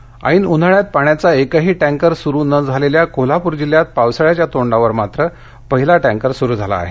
टॅकर ऐन उन्हाळ्यात पाण्याचा एकही टँकर सुरु न झालेल्या कोल्हापूर जिल्ह्यात पावसाळ्याच्या तोंडावर मात्र पहिला टँकर सुरु झाला आहे